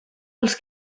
els